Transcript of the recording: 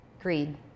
greed